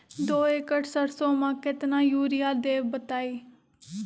दो एकड़ सरसो म केतना यूरिया देब बताई?